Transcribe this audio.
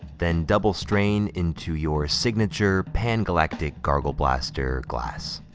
then, double-strain into your signature pan galactic gargle blaster glass.